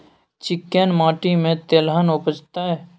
चिक्कैन माटी में तेलहन उपजतै?